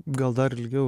gal dar ilgiau